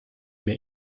mir